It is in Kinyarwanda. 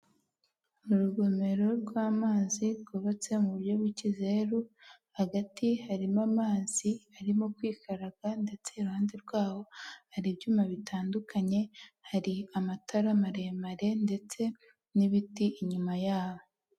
Urugomero rw'amazi rwubatse mu buryo bw'ikizeru hagati, harimo amazi arimo kwikaraga ndetse iruhande rwaho hari ibyuma bitandukanye. Hari amatara maremare ndetse n'ibiti inyuma yaho.